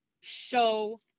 show